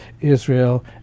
Israel